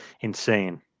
insane